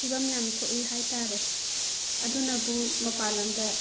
ꯐꯤꯕꯝ ꯌꯥꯝ ꯁꯣꯛꯏ ꯍꯥꯏꯇꯥꯔꯦ ꯑꯗꯨꯅꯕꯨ ꯃꯄꯥꯜ ꯂꯝꯗ